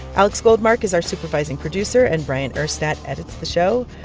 alex goldmark is our supervising producer, and bryant urstadt edits the show.